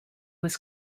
was